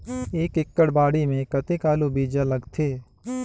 एक एकड़ बाड़ी मे कतेक आलू बीजा लगथे?